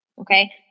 Okay